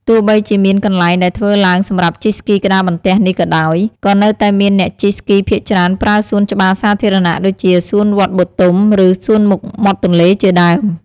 ទោះបីជាមានកន្លែងដែលធ្វើឡើងសម្រាប់ជិះស្គីក្ដារបន្ទះនេះក៏ដោយ ក៏នៅតែមានអ្នកជិះស្គីភាគច្រើនប្រើសួនច្បារសាធារណៈ ដូចជា សួនវត្តបទុម ឬ សួនមុខមាត់ទន្លេជាដើម។